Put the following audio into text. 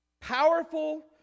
powerful